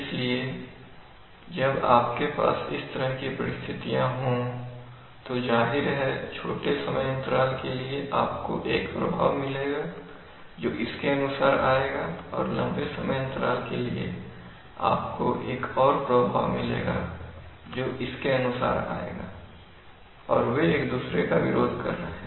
इसलिए जब आपके पास इस तरह की परिस्थितियां हो तो जाहिर है छोटे समय अंतराल के लिए आपको एक प्रभाव मिलेगा जो इसके अनुसार आएगा और लंबे समय अंतराल के लिए आपको एक प्रभाव मिलेगा जो इसके अनुसार आएगा और वे एक दूसरे का विरोध कर रहे हैं